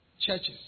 churches